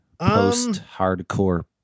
Post-hardcore